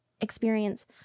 experience